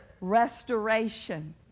restoration